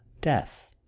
death